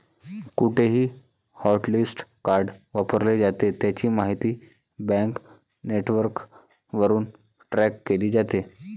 कुठेही hotlist card वापरले जाते, त्याची माहिती बँक नेटवर्कवरून ट्रॅक केली जाते